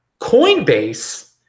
Coinbase